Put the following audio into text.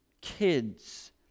kids